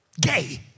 Gay